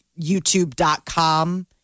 youtube.com